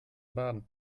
baden